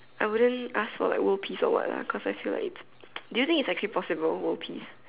I wouldn't ask for like world peace or what lah cause I feel like it's do you think it's actually possible world peace